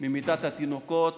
ממיתת התינוקות